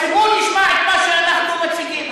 הציבור ישמע את מה שאנחנו מציגים.